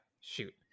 shoot